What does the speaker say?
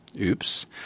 Oops